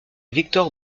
victor